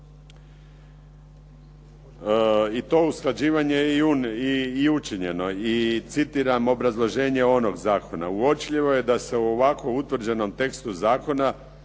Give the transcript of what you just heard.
I to usklađivanje je i učinjeno. I citiram obrazloženje onog zakona. Uočljivo je da se u ovako utvrđenom tekstu zakona,